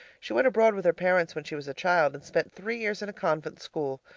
she went abroad with her parents when she was a child, and spent three years in a convent school.